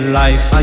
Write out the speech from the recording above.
life